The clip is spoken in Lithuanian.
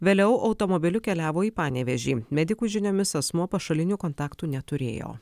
vėliau automobiliu keliavo į panevėžį medikų žiniomis asmuo pašalinių kontaktų neturėjo